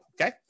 Okay